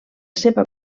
seva